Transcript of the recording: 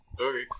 Okay